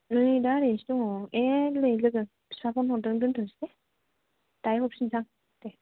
नै दा एरैनोसो दङ ए नै लोगो बिफा फन हरदों दोनथ'नोसै दे दाहाय हरफिनोसै आं दे